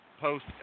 post